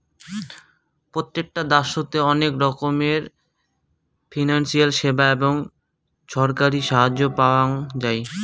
প্রত্যেকটা দ্যাশোতে অনেক রকমের ফিনান্সিয়াল সেবা এবং ছরকারি সাহায্য পাওয়াঙ যাই